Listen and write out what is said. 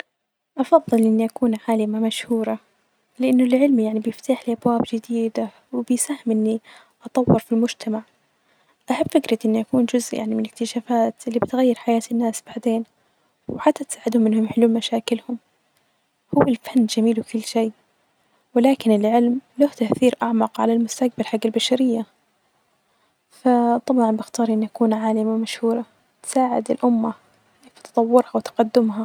أفظل إني أكون عالمة مشهورة ،لأنه العلم يعني بيفتحلي أبواب جديدة وبيساهم إني أطور في مجتمع ،أحب فكرة إني أكون جزء يعني من إكتشافات اللي بتغير حياة الناس ،بعدين وحتي تساعدهم إنهم يحلون مشاكلهم ،هو الفن جميل وكل شي ،ولكن العلم له تأثير أعمق على المستقبل حج البشرية ف -طبعا بختار اني أكون عالمة مشهورة تساعد الأمة فتطورها وتقدمها.